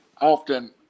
often